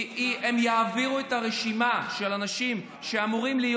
תעביר את הרשימה של האנשים שאמורים להיות